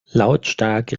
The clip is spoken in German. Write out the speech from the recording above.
lautstark